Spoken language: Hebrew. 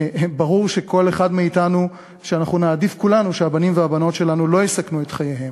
ברור שאנחנו נעדיף כולנו שהבנים והבנות שלנו לא יסכנו את חייהם.